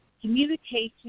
communication